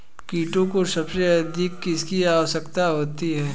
कीटों को सबसे अधिक किसकी आवश्यकता होती है?